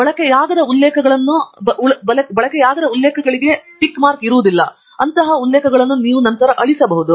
ಬಳಕೆಯಾಗದ ಉಲ್ಲೇಖಗಳನ್ನು ನಂತರ ಅಳಿಸಬಹುದು